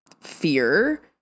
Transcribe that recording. fear